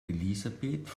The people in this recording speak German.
elisabeth